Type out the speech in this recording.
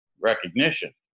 recognition